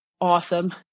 awesome